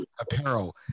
apparel